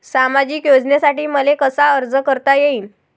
सामाजिक योजनेसाठी मले कसा अर्ज करता येईन?